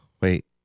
Wait